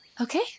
Okay